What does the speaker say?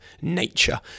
nature